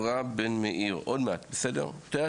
עפרה, בבקשה.